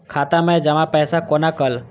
खाता मैं जमा पैसा कोना कल